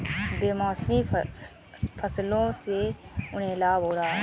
बेमौसमी फसलों से उन्हें लाभ हो रहा है